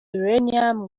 uranium